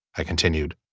i continued.